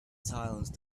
silence